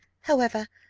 however,